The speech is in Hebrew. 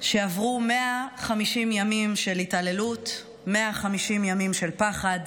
שעברו 150 ימים של התעללות, 150 ימים של פחד,